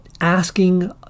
asking